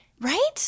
Right